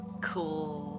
cool